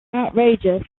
outrageous